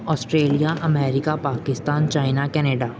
Australia America Pakistan China Canada